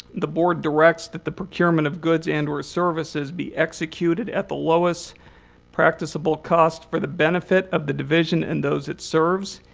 the board directs that the procurement of goods and or services be executed at the lowest practicable cost for the benefit of the division and those it serves.